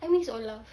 I miss olaf